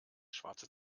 schwarze